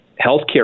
healthcare